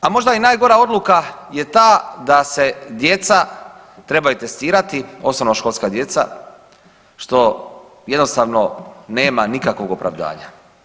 A možda i najgora odluka je ta da se djeca trebaju testirati, osnovnoškolska djeca što jednostavno nema nikakvog opravdanja.